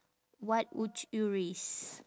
what would you risk